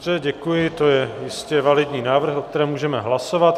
Dobře, děkuji, to je jistě validní návrh, o kterém můžeme hlasovat.